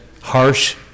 harsh